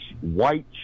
white